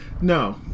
No